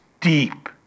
deep